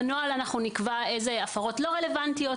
בנוהל אנחנו נקבע איזה הפרות לא רלוונטיות